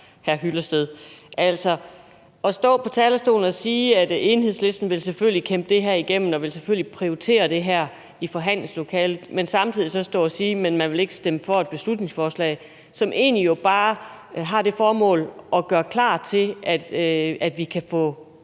hr. Hyllested. Man står på talerstolen og siger, at Enhedslisten selvfølgelig vil kæmpe det her igennem og selvfølgelig vil prioritere det her i forhandlingslokalet, men samtidig står man og siger, at man ikke vil stemme for et beslutningsforslag, som jo egentlig bare har det formål, at der bliver gjort klar til, at vi kan få